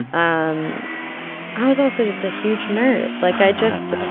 um i was also just a huge nerd. like, i just.